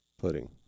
Pudding